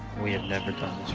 we have never done